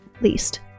least